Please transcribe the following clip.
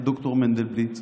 על ד"ר מנדלבליט,